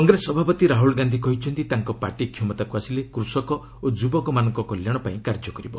କଂଗ୍ରେସ ସଭାପତି ରାହୁଲ ଗାନ୍ଧି କହିଛନ୍ତି ତାଙ୍କ ପାର୍ଟି କ୍ଷମତାକୁ ଆସିଲେ କୃଷକ ଓ ଯୁବକମାନଙ୍କ କଲ୍ୟାଣ ପାଇଁ କାର୍ଯ୍ୟ କରିବ